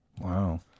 Wow